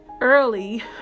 early